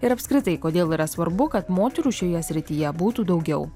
ir apskritai kodėl yra svarbu kad moterų šioje srityje būtų daugiau